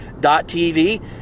.tv